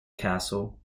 castle